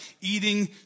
eating